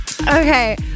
Okay